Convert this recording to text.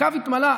הקו מתמלא.